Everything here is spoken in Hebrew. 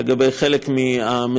לגבי חלק מהמזהמים,